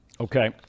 Okay